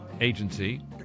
agency